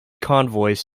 convoys